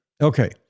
Okay